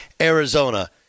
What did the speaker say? Arizona